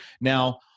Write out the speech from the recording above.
now